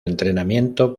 entrenamiento